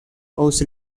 also